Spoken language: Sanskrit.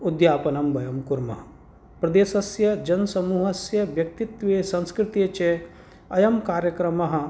उद्यापनं वयं कुर्मः प्रदेशस्य जनसमूहस्य व्यक्तित्वे संस्कृते च अयं कार्यक्रमः